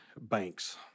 Banks